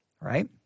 right